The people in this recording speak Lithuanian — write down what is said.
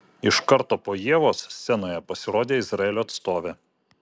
iš karto po ievos scenoje pasirodė izraelio atstovė